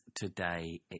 today